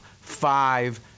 five